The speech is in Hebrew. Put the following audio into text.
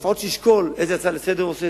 לפחות שישקול איזו הצעה לסדר-היום הוא מעלה,